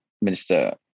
minister